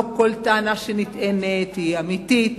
לא כל טענה שנטענת היא אמיתית.